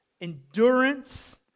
endurance